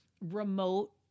remote